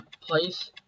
place